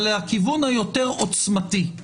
אבל לכיוון היותר עוצמתי.